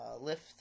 lift